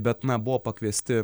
bet na buvo pakviesti